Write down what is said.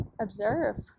observe